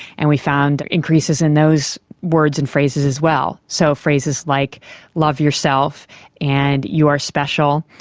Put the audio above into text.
and we found increases in those words and phrases as well. so phrases like love yourself and you are special,